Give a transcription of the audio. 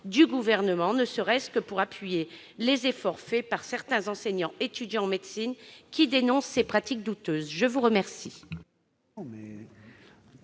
de la recherche, ne serait-ce que pour appuyer les efforts faits par certains enseignants et étudiants en médecine, qui dénoncent ces pratiques douteuses. Quel